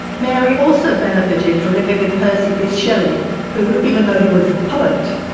mary also benefited from living with percy bysshe shelley who, even though he was a poet,